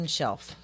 shelf